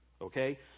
Okay